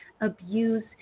abuse